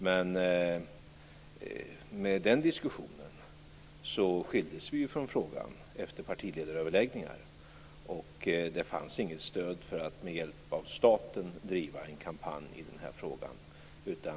Men med den diskussionen skildes vi från frågan efter partiledaröverläggningar. Det fanns inget stöd för att med hjälp av staten bedriva en kampanj i den här frågan.